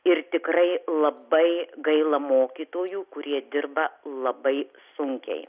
ir tikrai labai gaila mokytojų kurie dirba labai sunkiai